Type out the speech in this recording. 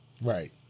Right